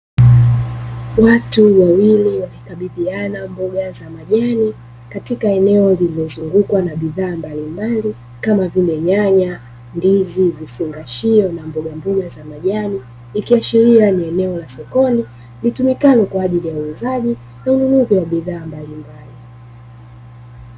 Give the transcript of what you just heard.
Watu wawili wanakabidhiana mboga za majani katika eneo lililozungukwa na bidhaa mbalimbali kama vile nyanya, ndizi, vifungashio na mbombamboga za majani ikiashiria ni eneo la sokoni, litumikalo kwa ajili ya uuzaji na ununuzi wa bidhaa mbalimbali.